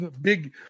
Big